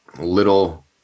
little